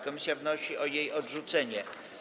Komisja wnosi o jej odrzucenie.